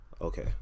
Okay